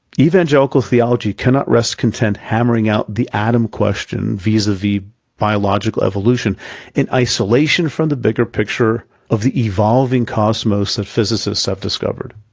evangelical theology cannot rest content hammering out the adam question vis-a-vis biological evolution in isolation from the bigger picture of the evolving cosmos that physicists have discovered.